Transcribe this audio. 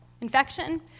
infection